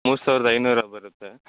ಮೂರು ಸಾವಿರದ ಐನೂರು ಹಾಗೆ ಬರುತ್ತೆ